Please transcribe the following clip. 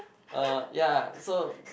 uh ya so